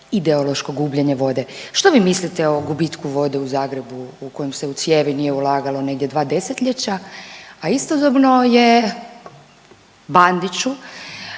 ideološko gubljenje vode. Što vi mislite o gubitku vode u Zagrebu u kojem se u cijevi nije ulagalo negdje 2 desetljeća, a istodobno je Bandiću,